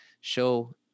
show